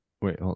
wait